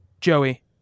Joey